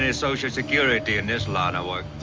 ah social security in this line of work.